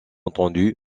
étendu